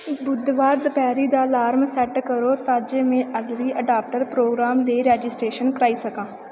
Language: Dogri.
बुधबार दपैह्री दा अलार्म सैट्ट करो तां जे में अगली अडाप्टर प्रोग्राम लेई रजिस्ट्रेशन कराई सकां